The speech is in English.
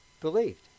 believed